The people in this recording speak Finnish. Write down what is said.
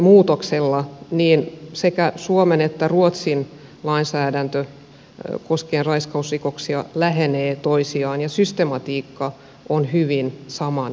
tällä lainsäädäntömuutoksella sekä suomen että ruotsin lainsäädännöt koskien raiskausrikoksia lähenevät toisiaan ja systematiikka on hyvin samantapainen